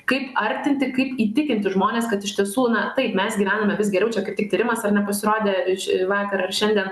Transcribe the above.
kaip artinti kaip įtikinti žmones kad iš tiesų na taip mes gyvename vis geriau čia kaip tik tyrimas ar ne pasirodė iš vakar ar šiandien